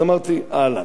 אז אמרתי: אהלן,